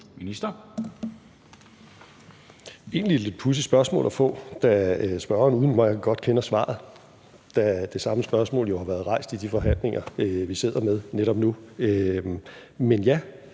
Det er egentlig et lidt pudsigt spørgsmål at få, da spørgeren udmærket godt kender svaret, da det samme spørgsmål jo har været rejst i de forhandlinger, vi sidder med netop nu. Men ja: